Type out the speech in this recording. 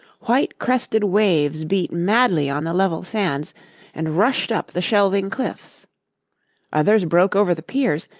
white-crested waves beat madly on the level sands and rushed up the shelving cliffs others broke over the piers,